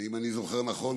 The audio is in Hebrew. אם אני זוכר נכון,